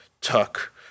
tuck